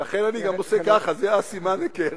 לכן, אני גם עושה ככה, זה סימן ההיכר.